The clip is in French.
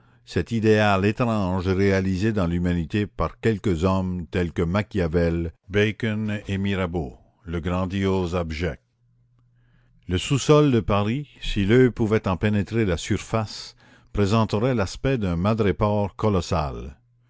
cet idéal étrange réalisé dans l'humanité par quelques hommes tels que machiavel bacon et mirabeau le grandiose abject le sous-sol de paris si l'oeil pouvait en pénétrer la surface présenterait l'aspect d'un madrépore colossal